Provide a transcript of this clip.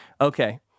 Okay